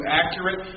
accurate